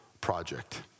project